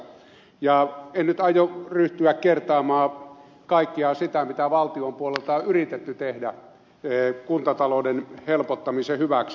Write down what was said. en nyt aio ryhtyä kertaamaan kaikkea sitä mitä valtion puolelta on yritetty tehdä kuntatalouden helpottamisen hyväksi